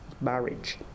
marriage